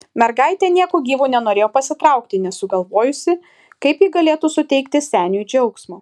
mergaitė nieku gyvu nenorėjo pasitraukti nesugalvojusi kaip ji galėtų suteikti seniui džiaugsmo